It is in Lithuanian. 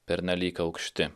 pernelyg aukšti